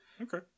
Okay